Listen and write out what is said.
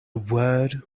word